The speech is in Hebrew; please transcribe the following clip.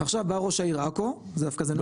ועכשיו בא ראש העיר עכו זה דווקא זה הוא